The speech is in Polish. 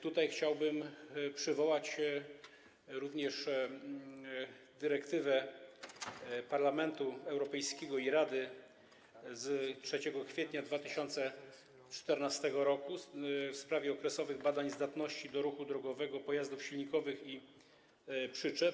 Tutaj chciałbym przywołać również dyrektywę Parlamentu Europejskiego i Rady z 3 kwietnia 2014 r. w sprawie okresowych badań zdatności do ruchu drogowego pojazdów silnikowych i przyczep.